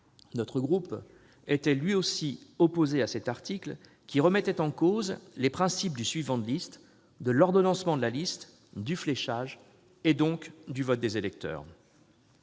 Mon groupe était lui aussi opposé à cet article, qui remettait en cause les principes du suivant de liste, de l'ordonnancement de la liste, du fléchage, donc du vote des électeurs.